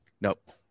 Nope